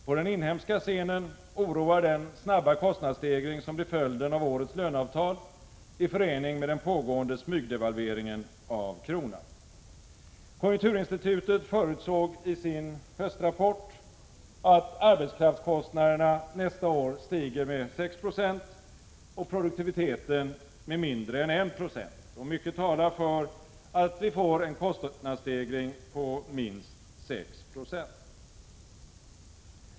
På den inhemska scenen oroar den snabba kostnadsstegring som blir följden av årets löneavtal i förening med den pågående smygdevalveringen av kronan. Konjunkturinstitutet förutsåg i sin höstrapport att arbetskraftskostnaderna nästa år stiger med 6 90 och produktiviteten med mindre än 1 76. Mycket talar för en kostnadsstegring på minst 6 I.